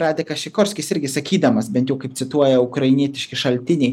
radekas šikorskis irgi sakydamas bent jau kaip cituoja ukrainietiški šaltiniai